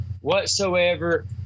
whatsoever